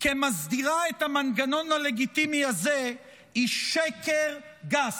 כמסדירה את המנגנון הלגיטימי הזה היא שקר גס,